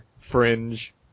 Fringe